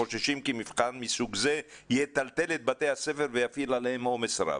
כי מבחן מסוג זה יטלטל את בתי הספר ויפעיל עליהם עומס רב.